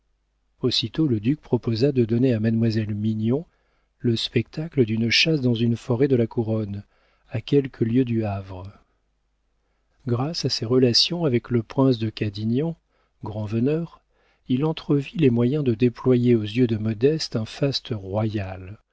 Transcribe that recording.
aussitôt le duc proposa de donner à mademoiselle mignon le spectacle d'une chasse dans une forêt de la couronne à quelques lieues du havre grâce à ses relations avec le prince de cadignan grand-veneur il entrevit les moyens de déployer aux yeux de modeste un faste royal